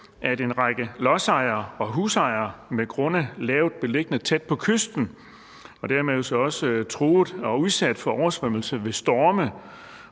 at en række lodsejere og husejere med grunde lavt beliggende tæt på kysten og dermed jo også truet af og udsat for oversvømmelse ved storme